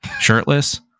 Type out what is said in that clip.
shirtless